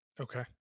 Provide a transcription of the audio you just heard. okay